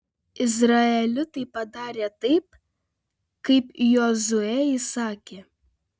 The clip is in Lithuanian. izraelitai padarė taip kaip jozuė įsakė